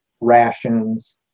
rations